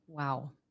Wow